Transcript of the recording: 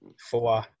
four